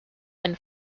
and